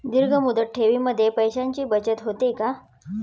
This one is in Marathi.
दीर्घ मुदत ठेवीमध्ये पैशांची बचत होते का?